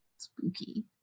spooky